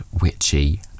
witchy